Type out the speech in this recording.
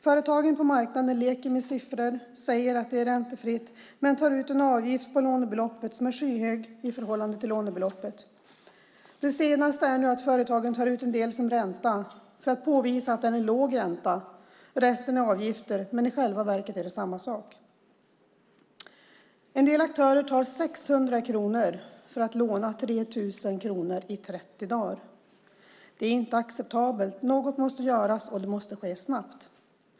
Företagen på marknaden leker med siffror, säger att det är räntefritt men tar ut en avgift på lånebeloppet som är skyhög i förhållande till lånebeloppet. Det senaste är att företagen tar ut en del som ränta för att påvisa att det är en låg ränta. Resten är avgifter. Men i själva verket är det samma sak. En del aktörer tar 600 kronor för att låna ut 3 000 kronor i 30 dagar. Det är inte acceptabelt. Något måste göras, och det måste ske snabbt.